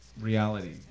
reality